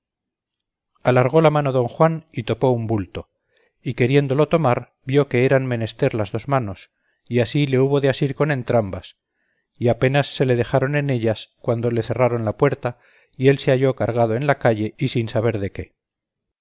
alargó la mano don juan y topó un bulto y queriéndolo tomar vió que era menester las dos manos y asi le hubo de asir con entrambas y apenas se le dejáron en ellas cuando le cerráron la puerta y él se halló cargado en la calle y sin saber de que